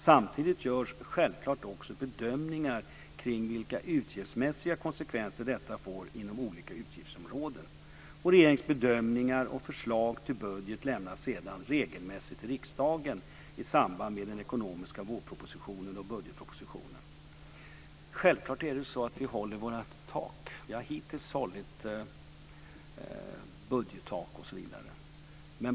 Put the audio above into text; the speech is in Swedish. Samtidigt görs självklart också bedömningar kring vilka utgiftsmässiga konsekvenser detta får inom olika utgiftsområden. Regeringens bedömningar och förslag till budget lämnas sedan regelmässigt till riksdagen i samband med den ekonomiska vårpropositionen och budgetpropositionen. Självklart håller vi våra tak. Vi har hittills hållit budgettaken.